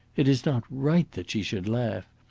it is not right that she should laugh!